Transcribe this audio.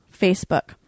Facebook